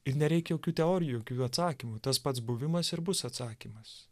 ir nereik jokių teorijų jokių atsakymų tas pats buvimas ir bus atsakymas